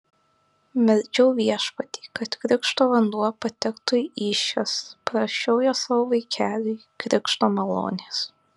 meldžiau viešpatį kad krikšto vanduo patektų į įsčias prašiau jo savo vaikeliui krikšto malonės